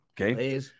Okay